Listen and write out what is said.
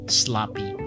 sloppy